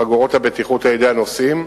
חגורות הבטיחות על-ידי הנוסעים,